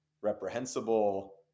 reprehensible